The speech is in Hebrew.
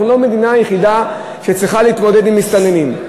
אנחנו לא המדינה היחידה שצריכה להתמודד עם מסתננים.